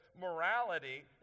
morality